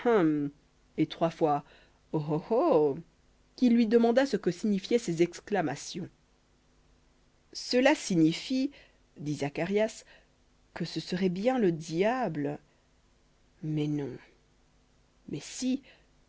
et trois fois oh oh oh qu'il lui demanda ce que signifiaient ces exclamations cela signifie dit zacharias que ce serait bien le diable mais non mais si